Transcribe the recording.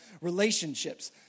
relationships